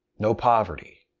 no poverty.